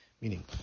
Meaning